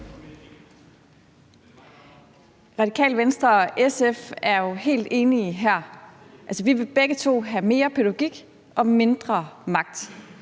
Radikale Venstre og SF er jo helt enige her. Vi vil begge to have mere pædagogik og mindre magt.